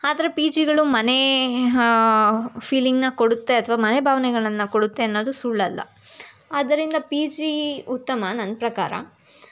ಆದರೆ ಪಿ ಜಿಗಳು ಮನೆ ಫೀಲಿಂಗನ್ನ ಕೊಡುತ್ತೆ ಅಥವಾ ಮನೆ ಭಾವನೆಗಳನ್ನು ಕೊಡುತ್ತೆ ಅನ್ನೋದು ಸುಳ್ಳಲ್ಲ ಆದ್ದರಿಂದ ಪಿ ಜಿ ಉತ್ತಮ ನನ್ನ ಪ್ರಕಾರ